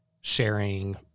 sharing